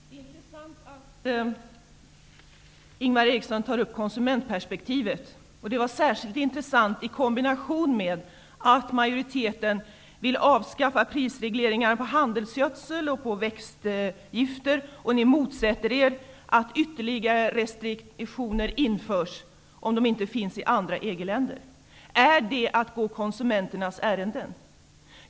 Fru talman! Det är intressant att Ingvar Eriksson tar upp konsumentperspektivet. Det är särskilt intressant i kombination med att majoriteten vill avskaffa prisregleringar på handelsgödsel och växtgifter. Ni motsätter er att ytterligare restriktioner införs, om de inte finns i andra EG-länder. Är detta att gå konsumenternas ärenden?